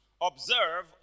observe